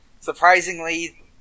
surprisingly